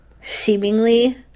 seemingly